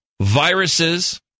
viruses